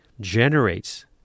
generates